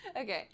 Okay